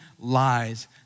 lies